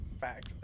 Fact